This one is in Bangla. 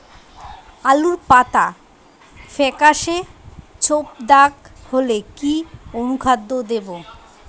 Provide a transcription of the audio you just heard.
আলুর পাতা ফেকাসে ছোপদাগ হলে কি অনুখাদ্য দেবো?